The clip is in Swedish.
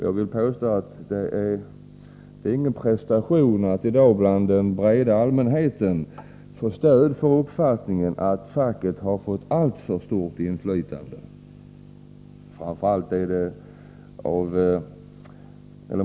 Jag vill påstå att det inte är någon prestation att i dag bland den breda allmänheten få stöd för uppfattningen att facket har fått alltför stort inflytande.